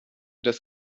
des